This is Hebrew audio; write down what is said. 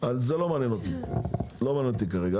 זה לא מעניין אותי, לא מענין אותי כרגע.